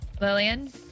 Lillian